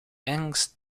angst